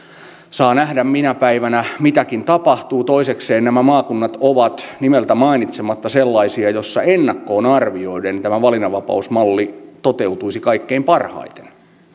saa nähdä minä päivänä mitäkin tapahtuu toisekseen nämä maakunnat ovat nimeltä mainitsematta sellaisia joissa ennakkoon arvioiden tämä valinnanvapausmalli toteutuisi kaikkein parhaiten